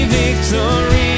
victory